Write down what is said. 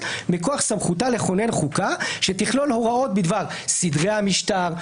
מכוח סמכותה לכונן חוקה שתכלול הוראות בדבר סדרי המשטר,